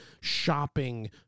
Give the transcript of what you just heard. shopping